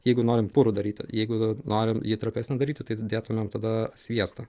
jeigu norim purų daryti jeigu norim jį trapesnį daryti tai dėtumėm tada sviestą